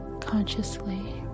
consciously